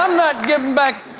um not giving back!